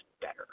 better